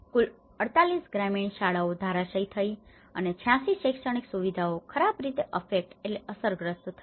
કુલ 48 ગ્રામીણ શાળાઓ ધરાશાયી થઈ અને 86 શૈક્ષણિક સુવિધાઓ ખરાબ રીતે અફેક્ટ affect અસરગ્રસ્ત થઈ